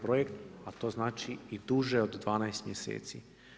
projekt, a to znači i duže od 12 mjeseci.